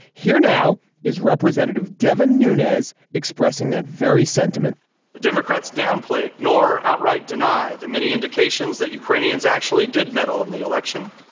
here now is representative devin nunez expressing that very sentiment the democrats downplay ignore or outright deny the many indications that ukrainians actually did meddle in the election.